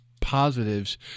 positives